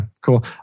cool